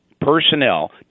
personnel